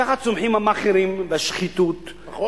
ככה צומחים המאכערים, והשחיתות, נכון.